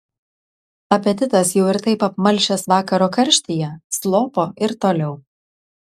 apetitas jau ir taip apmalšęs vakaro karštyje slopo ir toliau